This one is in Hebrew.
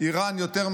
איראן יותר מסוכנים,